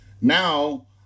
Now